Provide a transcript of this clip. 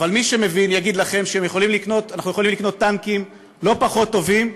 אבל מי שמבין יגיד לכם שאנחנו יכולים לקנות טנקים לא פחות טובים,